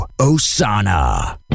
Osana